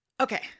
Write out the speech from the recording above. okay